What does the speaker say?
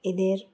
এই ঈদের